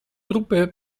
truppe